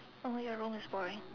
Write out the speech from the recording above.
only your room is boring